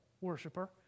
worshiper